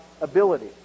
ability